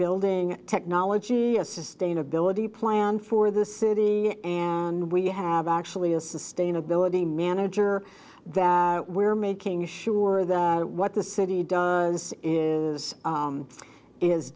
building technology a sustainability plan for the city and we have actually a sustainability manager that we're making sure that what the city does is